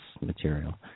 material